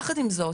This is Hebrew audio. יחד עם זאת,